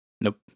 nope